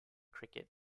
cricket